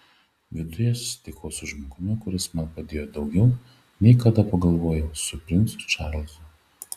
viduje susitikau su žmogumi kuris man padėjo daugiau nei kada pagalvojo su princu čarlzu